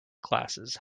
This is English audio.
glasses